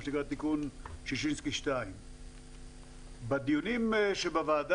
מה שנקרא תיקון ששינסקי 2. בדיונים שבוועדה